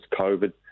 COVID